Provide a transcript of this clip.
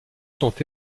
sont